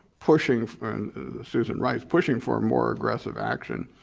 pushing citizen rights, pushing for a more aggressive action.